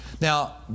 Now